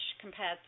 compared